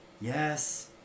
yes